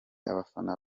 abafana